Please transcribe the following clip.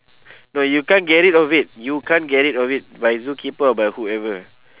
no you can't get rid of it you can't get rid of it by zookeeper or by whoever